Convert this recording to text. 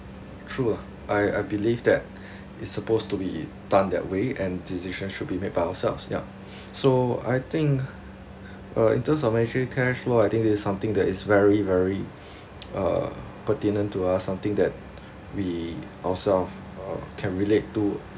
true ah I I believe that is supposed to be done that way and decision should be made by ourselves yeah so I think uh in terms of actually cash flow I think that is something very very uh pertinent to us something that we ourself uh can relate to